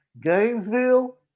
Gainesville